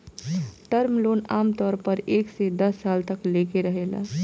term loan आमतौर पर एक से दस साल तक लेके रहेला